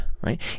right